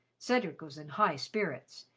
cedric was in high spirits.